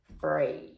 free